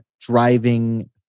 driving